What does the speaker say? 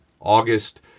August